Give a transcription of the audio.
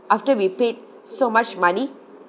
after we paid so much money